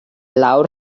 lawr